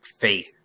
faith